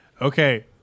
Okay